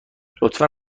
لطفا